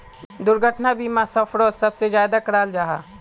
दुर्घटना बीमा सफ़रोत सबसे ज्यादा कराल जाहा